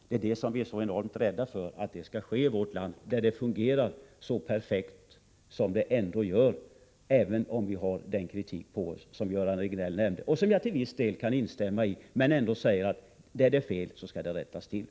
Det är detta vi är så enormt rädda för skall hända i vårt land, där telekommunikationerna ändå fungerar näst intill perfekt. Vi får ta den kritik som Göran Riegnell nämnde och som jag till en viss del kan instämma i. Där det finns fel skall de rättas till.